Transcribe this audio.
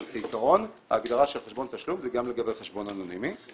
אבל כעיקרון ההגדרה של חשבון תשלום זה גם לגבי חשבון אנונימי,